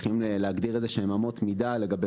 צריכים להגדיר איזשהן אמות מידה לגבי